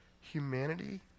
humanity